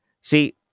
See